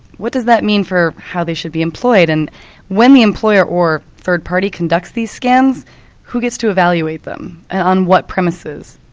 what does that mean for how they should be employed? and when the employer or third part conducts these scans who gets to evaluate them and on what premises?